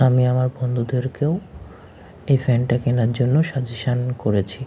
আমি আমার বন্ধুদেরকেও এই ফ্যানটা কেনার জন্য সাজেশান করেছি